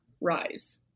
rise